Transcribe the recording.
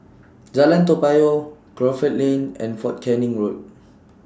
Jalan Toa Payoh Crawford Lane and Fort Canning Road